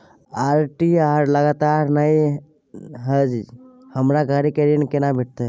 ITR लगातार नय छै हमरा गाड़ी के ऋण केना भेटतै?